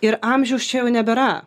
ir amžiaus čia jau nebėra